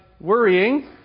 worrying